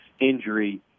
injury